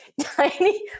tiny